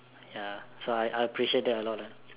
ya so I appreciate that a lot lah